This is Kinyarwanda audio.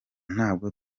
ntabwo